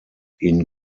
ihn